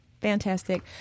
Fantastic